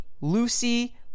Lucy